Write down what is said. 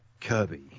Kirby